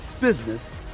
business